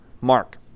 mark